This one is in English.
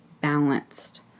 balanced